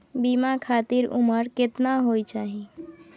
बीमा खातिर उमर केतना होय चाही?